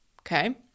okay